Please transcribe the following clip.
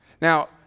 Now